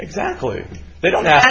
exactly they don't know